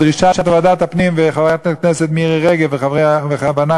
בדרישת ועדת הפנים וחברת הכנסת מירי רגב ואנחנו,